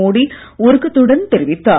மோடி உருக்கத்துடன் தெரிவித்தார்